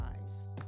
lives